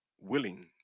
willing